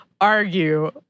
argue